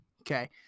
okay